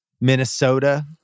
Minnesota